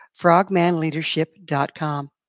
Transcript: frogmanleadership.com